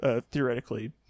theoretically